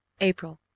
April